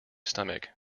stomach